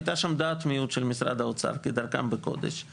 הייתה שם דעת מיעוט של משרד האוצר, כדרכם בקודש.